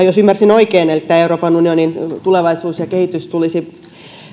jos ymmärsin oikein että euroopan unionin tulevaisuuden ja kehityksen tulisi